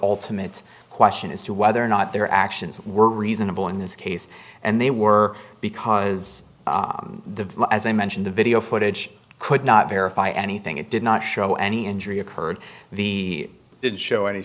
ultimate question as to whether or not their actions were reasonable in this case and they were because the as i mentioned the video footage could not verify anything it did not show any injury occurred the